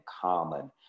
common